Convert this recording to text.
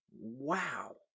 wow